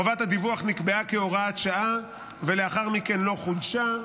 חובת הדיווח נקבעה כהוראת שעה ולאחר מכן לא חודשה,